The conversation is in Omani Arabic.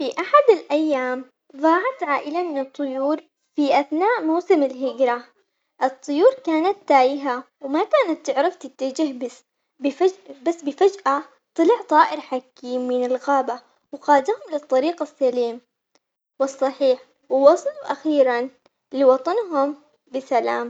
في أحد الأيام ضاعت عائلة من الطيور في أثناء موسم الهجرة، الطيور كانت تايهة وما كانت تعرف تتجه بس فج- بس بفجأة طلع طائر حكيم من الغابة وقادهم للطريق السليم، والصحيح ووصلوا أخيراً لوطنهم بسلام.